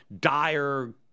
dire